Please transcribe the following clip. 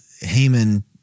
Haman